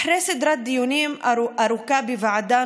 אחרי סדרת דיונים ארוכה בוועדה,